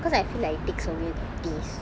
cause I feel like it taste a weird taste